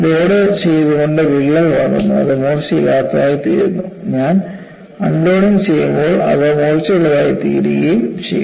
load ചെയ്തുകൊണ്ട് വിള്ളൽ വളർന്നു അത് മൂർച്ചയില്ലാത്തതായി തീരുന്നു ഞാൻ അൺലോഡിംഗ് ചെയ്യുമ്പോൾ അത് മൂർച്ചയുള്ളതായിത്തീരുകയും ചെയ്യും